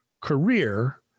career